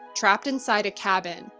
trapped inside a cabin,